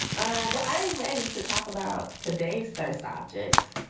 um but i'm ready to talk about today's best object,